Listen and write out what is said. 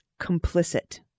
complicit